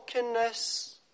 Brokenness